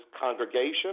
Congregation